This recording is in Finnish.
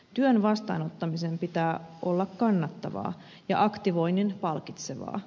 työn vastaanottamisen pitää olla kannattavaa ja aktivoinnin palkitsevaa